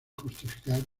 justificar